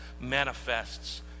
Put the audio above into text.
manifests